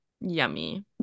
yummy